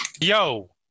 Yo